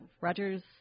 Rogers